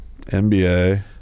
NBA